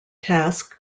task